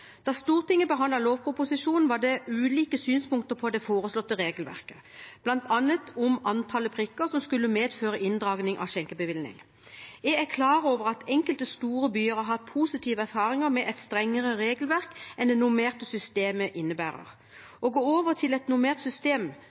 Da Stortinget behandlet lovproposisjonen, var det ulike synspunkter på det foreslåtte regelverket, bl.a. hvor mange prikker som skulle medføre inndragning av skjenkebevilling. Jeg er klar over at enkelte store byer har hatt positive erfaringer med et strengere regelverk enn det det normerte systemet innebærer. Å gå over til et normert system